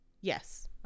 Yes